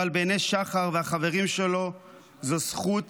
אבל בעיני שחר והחברים שלו זו זכות